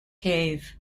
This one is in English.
cave